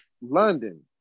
London